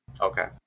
Okay